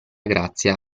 grazia